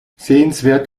sehenswert